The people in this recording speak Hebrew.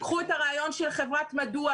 קחו את הרעיון של חברת "מדוע".